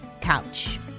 Couch